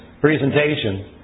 presentation